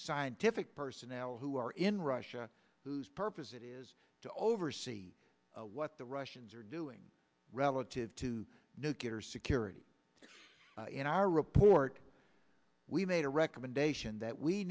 scientific personnel who are in russia whose purpose it is to oversee what the russians are doing relative to nuclear security in our report we made a recommendation that we